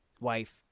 wife